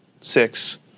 six